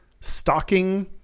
stalking